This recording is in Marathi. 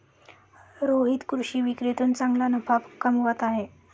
रोहित कृषी विक्रीतून चांगला नफा कमवत आहे